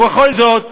ובכל זאת,